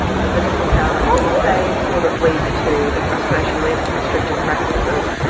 but the disempowerment, as you say, sort of leads to the frustration leads to restrictive practices,